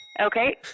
Okay